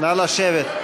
נא לשבת.